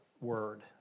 Word